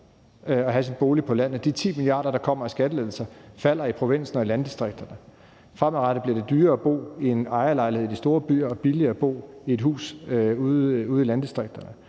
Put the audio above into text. at have sin bolig på landet. De 10 mia. kr., der kommer i skattelettelser, falder i provinsen og i landdistrikterne. Fremadrettet bliver det dyrere at bo i en ejerlejlighed i de store byer og billigere at bo i et hus ude i landdistrikterne.